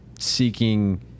seeking